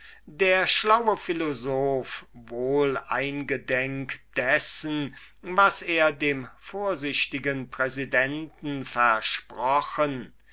der schlaue philosoph wohl eingedenk dessen was er dem vorsichtigen präsidenten versprochen